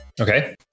Okay